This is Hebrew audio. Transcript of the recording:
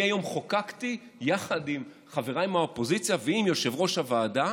היום חוקקתי יחד עם חבריי מהאופוזיציה ועם יושב-ראש הוועדה